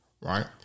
right